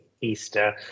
Easter